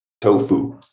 Tofu